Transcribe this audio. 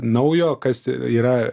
naujo kas ti yra